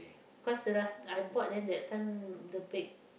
cause the last I bought then that time the break